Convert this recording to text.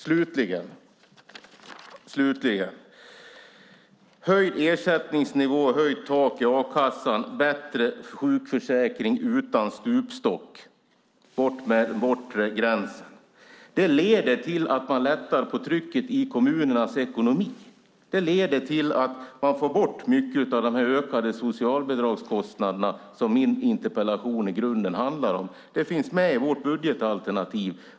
Slutligen: Höjd ersättningsnivå, höjt tak i a-kassan, bättre sjukförsäkring utan stupstock, bort med den bortre gränsen leder till att man lättar på trycket i kommunernas ekonomi. Det leder till att man får bort mycket av de ökade socialbidragskostnader som min interpellation i grunden handlar om. Det finns med i vårt budgetalternativ.